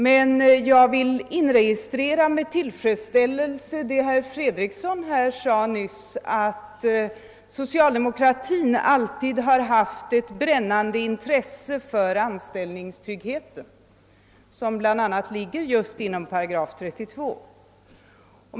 Men jag vill med tillfredsställelse notera vad herr Fredriksson nyss framböll, nämligen att socialdemokratin alltid haft ett brännande intresse för anställningstryggheten, som bl.a. ligger inom ramen för just § 32.